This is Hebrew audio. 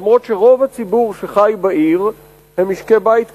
למרות שרוב הציבור בעיר הזאת הוא משקי-בית קטנים,